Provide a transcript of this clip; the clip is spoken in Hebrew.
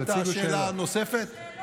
מה הייתה השאלה הנוספת?